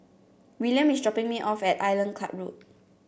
William is dropping me off at Island Club Road